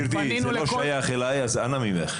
גברתי, זה לא שייך אליי, אז אנא ממך.